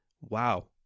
wow